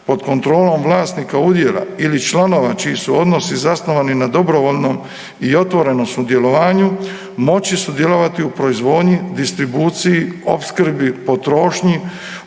pod kontrolom vlasnika udjela ili članova čiji su odnosi zasnovani na dobrovoljnom i otvorenom sudjelovanju moći sudjelovati u proizvodnji, distribuciji, opskrbi i potrošnji